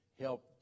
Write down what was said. Help